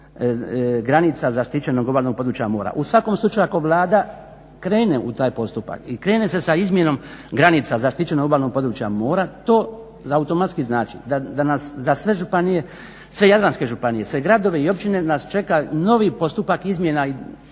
granica zaštićenog obalnog područja mora. U svakom slučaju ako Vlada krene u taj postupak i krene se sa izmjenom granica zaštićenog obalnog područja mora, to automatski znači da nas za sve jadranske županije, sve gradove i općine nas čeka novi postupka izmjena i